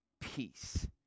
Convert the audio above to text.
peace